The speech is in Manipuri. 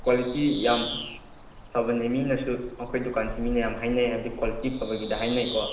ꯀ꯭ꯋꯥꯂꯤꯇꯤ ꯌꯥꯝ ꯐꯕꯅꯦ ꯃꯤꯅꯁꯨ ꯑꯩꯈꯣꯏ ꯗꯨꯀꯥꯟꯁꯤ ꯃꯤꯅ ꯌꯥꯝ ꯍꯥꯏꯅꯩ ꯍꯥꯏꯕꯗꯤ ꯀ꯭ꯋꯥꯂꯤꯇꯤ ꯐꯕꯒꯤꯗ ꯍꯥꯏꯅꯩꯀꯣ